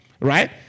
right